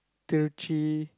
Tiruchi